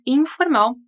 informal